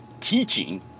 teaching